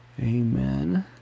Amen